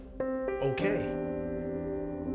Okay